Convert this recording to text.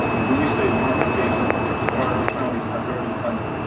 it will be stay mark station as part of the county's priority funding.